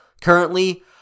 currently